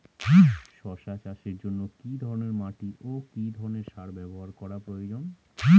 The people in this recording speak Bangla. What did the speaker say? শশা চাষের জন্য কি ধরণের মাটি ও কি ধরণের সার ব্যাবহার করা প্রয়োজন?